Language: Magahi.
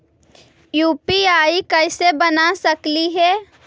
यु.पी.आई कैसे बना सकली हे?